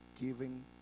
giving